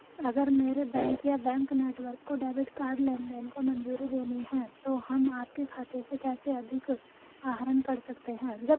अगर मेरे बैंक या बैंक नेटवर्क को डेबिट कार्ड लेनदेन को मंजूरी देनी है तो हम आपके खाते से कैसे अधिक आहरण कर सकते हैं?